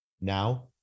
Now